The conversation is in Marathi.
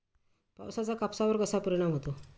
पावसाचा कापसावर कसा परिणाम होतो?